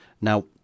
Now